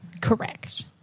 Correct